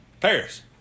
Paris